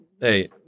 hey